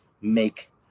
make